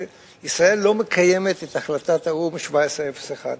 שישראל לא מקיימת את החלטת האו"ם 1701,